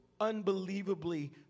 unbelievably